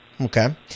Okay